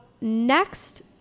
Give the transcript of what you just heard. next